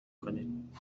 کنید